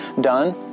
done